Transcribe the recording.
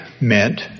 meant